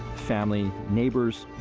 family, neighbors,